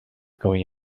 going